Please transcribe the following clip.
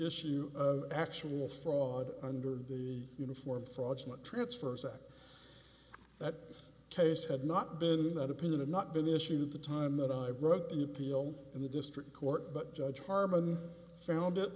issue of actual fraud under the uniform fraudulent transfers act that case had not been in that opinion and not been issued the time that i wrote the appeal in the district court but judge harmon found it